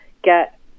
Get